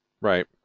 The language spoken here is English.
Right